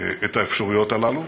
את האפשרויות האלה,